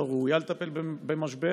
לא ראויה לטפל במשבר,